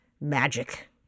magic